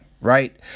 right